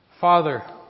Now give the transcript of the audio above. Father